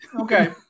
okay